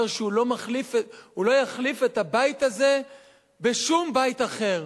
אומר שהוא לא יחליף את הבית הזה בשום בית אחר.